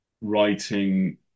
writing